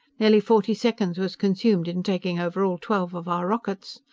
nearly forty seconds was consumed in taking over all twelve of our rockets.